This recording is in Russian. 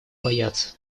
боятся